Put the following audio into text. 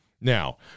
now